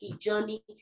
journey